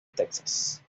texas